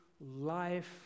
life